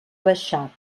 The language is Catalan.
baixar